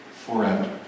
forever